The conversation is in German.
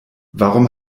warum